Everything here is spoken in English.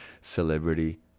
celebrity